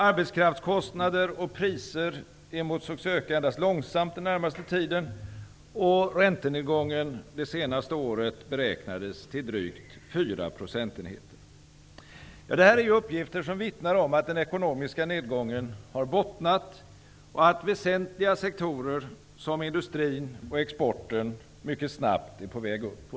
Arbetskraftskostnader och priser emotsågs öka endast långsamt den närmaste tiden, och räntenedgången det senaste året beräknades till drygt 4 procentenheter. Dessa uppgifter vittnar om att den ekonomiska nedgången har bottnat och att väsentliga sektorer, som industrin och exporten, mycket snabbt är på väg upp.